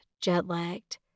jet-lagged